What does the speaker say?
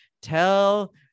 tell